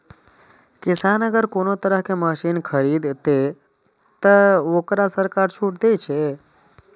किसान अगर कोनो तरह के मशीन खरीद ते तय वोकरा सरकार छूट दे छे?